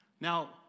Now